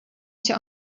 się